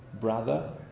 brother